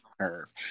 curve